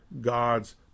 God's